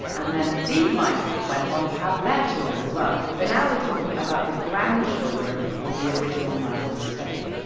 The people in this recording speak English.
and then these mice went on to have their children as well. so now we are talking about the grandchildren of the original mice in the study.